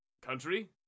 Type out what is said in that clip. Country